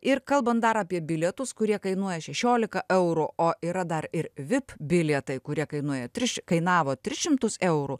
ir kalbant dar apie bilietus kurie kainuoja šešiolika eurų o yra dar ir vip bilietai kurie kainuoja tris kainavo tris šimtus eurų